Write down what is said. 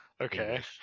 okay